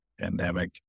pandemic